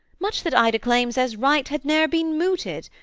much that ida claims as right had ne'er been mooted,